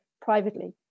privately